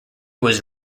was